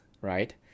right